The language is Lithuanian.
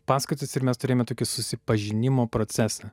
paskaitas ir mes turėjome tokį susipažinimo procesą